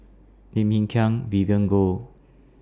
Lim Hng Kiang Vivien Goh